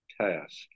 task